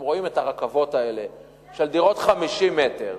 הם רואים את הרכבות האלה של דירות 50 מ"ר,